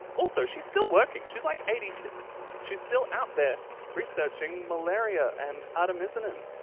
also she's still working she's like eighty six. she's still out there researching malaria and artemisinin.